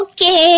Okay